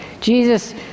Jesus